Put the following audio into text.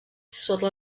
sota